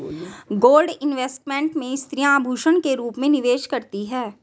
gold investment में स्त्रियां आभूषण के रूप में निवेश करती हैं